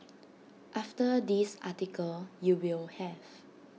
after this article you will have